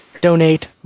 donate